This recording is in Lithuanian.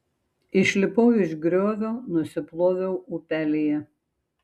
išlipau iš griovio nusiploviau upelyje